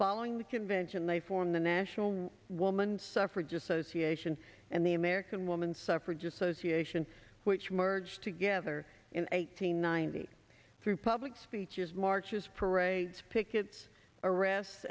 following the convention they form the national woman suffrage association and the american woman suffrage association which merged together in eight hundred ninety three public speeches marches parades pickets arrests